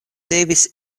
devis